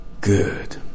Good